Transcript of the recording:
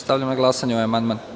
Stavljam na glasanje ovaj amandman.